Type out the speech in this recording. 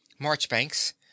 Marchbanks